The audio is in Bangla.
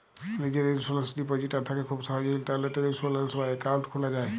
লীজের ইলসুরেলস ডিপজিটারি থ্যাকে খুব সহজেই ইলটারলেটে ইলসুরেলস বা একাউল্ট খুলা যায়